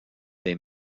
des